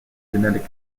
genetic